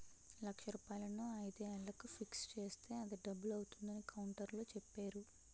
లక్ష రూపాయలను ఐదు ఏళ్లకు ఫిక్స్ చేస్తే అది డబుల్ అవుతుందని కౌంటర్లో చెప్పేరు